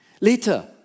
Later